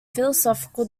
philosophical